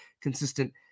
consistent